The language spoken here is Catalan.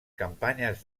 campanyes